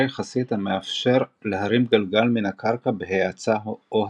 יחסית המאפשר להרים גלגל מן הקרקע בהאצה או האטה.